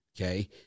Okay